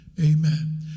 amen